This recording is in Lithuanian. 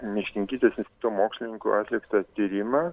miškininkystės instituto mokslininkų atliktą tyrimą